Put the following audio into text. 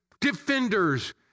defenders